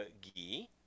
ghee